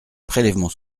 prélèvements